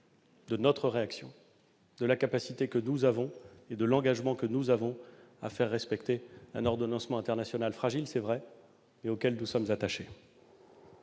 de notre réaction, de la capacité que nous avons et de l'engagement que nous avons à faire respecter un ordonnancement international fragile, c'est vrai, mais auquel nous sommes attachés.